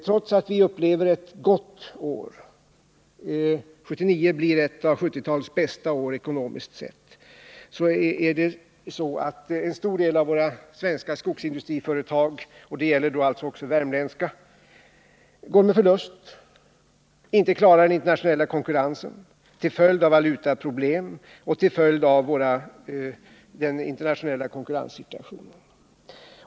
Trots att vi upplever ett gott år, 1979 blir ett av 1970-talets bästa år ekonomiskt sett, kommer en stor del av våra svenska skogsindustriföretag — det gäller också de värmländska — att gå med förlust. De klarar inte den internationella konkurrensen till följd av valutaproblem och den internationella konkurrenssituationen.